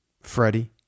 Freddie